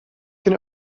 can